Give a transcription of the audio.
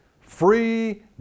free